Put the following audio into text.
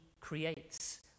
creates